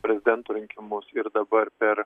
prezidento rinkimus ir dabar per